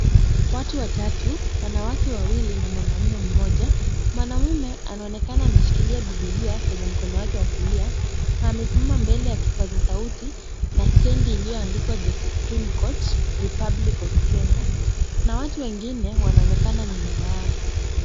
Watu watatu, wanawake wawili na mwanamume mmoja. Mwanamume anaonekana ameshikilia Biblia kwenye mkono wake wa kulia na amesimama mbele ya kipaza sauti na stendi iliyoandikwa The Supreme Court Republic of Kenya na watu wengine wanaonekana nyuma yao.